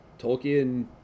tolkien